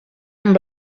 amb